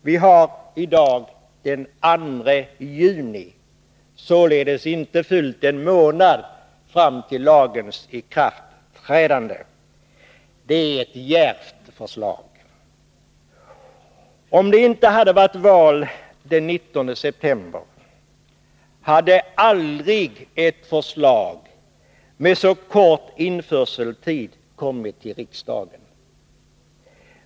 Vi har i dag den 2 juni — det skulle således vara inte fullt en månad fram till lagens ikraftträdande. Det är ett djärvt förslag. Om det inte hade varit val den 19 september hade aldrig ett förslag med denna ikraftträdandetid kommit till riksdagen.